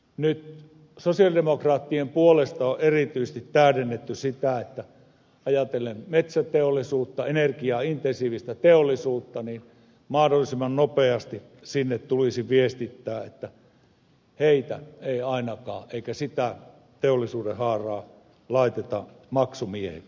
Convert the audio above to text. nyt sosialidemokraattien puolesta on erityisesti tähdennetty ajatellen metsäteollisuutta energiaintensiivistä teollisuutta että mahdollisimman nopeasti sinne tulisi viestittää että niitä teollisuudenhaaroja ei ainakaan laiteta maksumiehiksi